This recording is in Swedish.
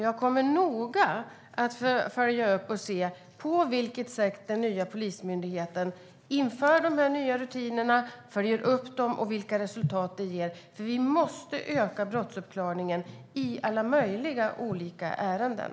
Jag kommer att följa upp detta noga och se på vilket sätt den nya Polismyndigheten inför dessa nya rutiner och följer upp dem och vilka resultat det ger. Vi måste öka brottsuppklaringen i alla möjliga olika ärenden.